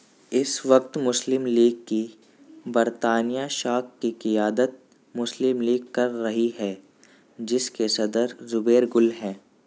اس وقت مسلم لیگ کی برطانیہ شاخ کی قیادت مسلم لیگ کر رہی ہے جس کے صدر زبیر گل ہیں